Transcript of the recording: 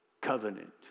covenant